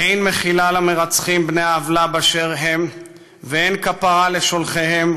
אין מחילה למרצחים בני עוולה באשר הם ואין כפרה לשולחיהם,